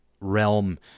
realm